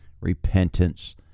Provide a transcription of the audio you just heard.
repentance